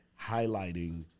highlighting